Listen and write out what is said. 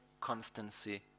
constancy